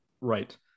Right